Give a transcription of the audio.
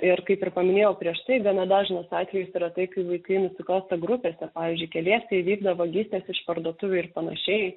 ir kaip ir paminėjau prieš tai gana dažnas atvejis yra tai kai vaikai nusikalsta grupėse pavyzdžiui keliese įvykdo vagystes iš parduotuvių ir panašiai